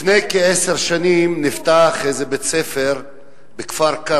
לפני כעשר שנים נפתח בית-ספר בכפר-קרע.